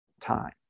time